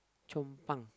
Chong Pang